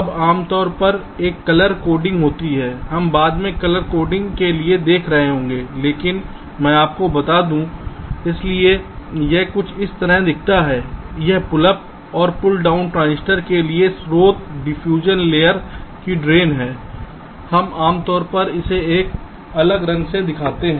अब आम तौर पर एक कलर कोडिंग होती है हम बाद में कलर कोडिंग के लिए देख रहे होंगे लेकिन मैं आपको बता दूं इसलिए यह कुछ इस तरह दिखता है यह पुल अप और पुल डाउन ट्रांजिस्टर के लिए स्रोत डिफ्यूजन लेयर की ड्रेन है हम आमतौर पर इसे एक अलग रंग के द्वारा दिखाते है